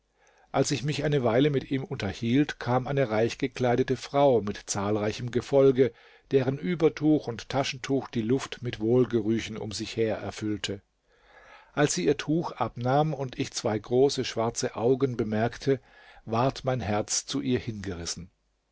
als ich mich eine weile mit ihm unterhielt kam eine reichgekleidete frau mit zahlreichem gefolge deren übertuch und taschentuch die luft mit wohlgerüchen um sich her erfüllte als sie ihr tuch abnahm und ich zwei große schwarze augen bemerkte ward mein herz zu ihr hingerissen